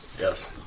Yes